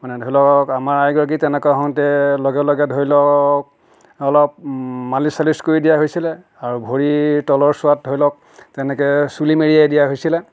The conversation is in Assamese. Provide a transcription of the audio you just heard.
মানে ধৰি লওক আমাৰ আইগৰাকীৰ তেনেকুৱা হওতে লগে লগে ধৰি লওক অলপ মালিচ চালিচ কৰি দিয়া হৈছিলে আৰু ভৰিৰ তলৰ চোৱাত ধৰি লওক তেনেকৈ চুলি মেৰিয়াই দিয়া হৈছিলে